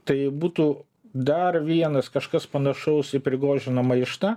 tai būtų dar vienas kažkas panašaus į prigožino maištą